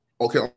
okay